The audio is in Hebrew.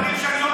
יודע שזה הנוהל.